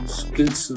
skills